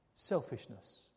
Selfishness